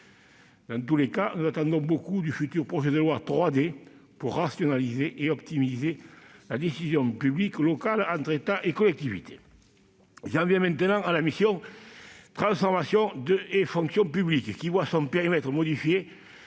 Dans tous les cas, nous attendons beaucoup du futur projet de loi « 3D » pour rationaliser et optimiser la décision publique locale, entre État et collectivités. La mission « Transformation et fonction publiques » voit son périmètre modifié